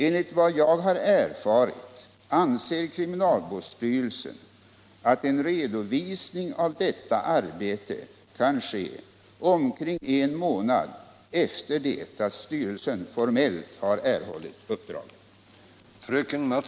Enligt vad jag har erfarit anser kriminalvårdsstyrelsen att en redovisning av detta arbete kan ske omkring en månad efter det att styrelsen formellt har erhållit uppdraget.